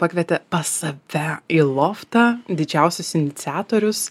pakvietė pas save į loftą didžiausias iniciatorius